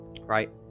right